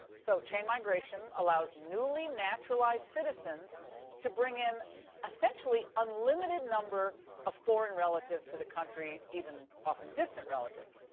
so chain migration allows newly naturalized citizens to bring in essentially unlimited number of foreign relatives to the country, even often distant relatives.